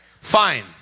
Fine